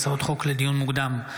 הצעות חוק לדיון מוקדם,